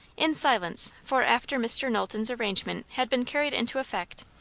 in silence, for after mr. knowlton's arrangement had been carried into effect,